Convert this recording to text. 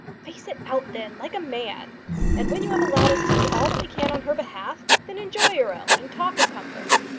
face it out, then, like a man and when you have allowed us to do all that we can on her behalf, then enjoy your own, and talk of comfort.